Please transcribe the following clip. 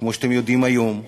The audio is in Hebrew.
כמו שאתם יודעים היום,